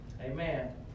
Amen